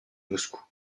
moscou